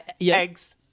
Eggs